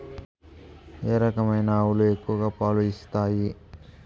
ఏ రకమైన ఆవులు ఎక్కువగా పాలు ఇస్తాయి?